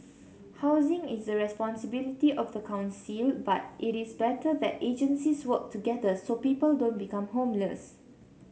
housing is the responsibility of the council but it is better that agencies work together so people don't become homeless